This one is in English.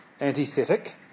antithetic